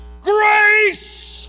grace